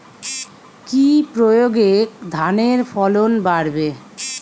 কি প্রয়গে ধানের ফলন বাড়বে?